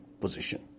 position